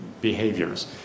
behaviors